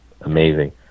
Amazing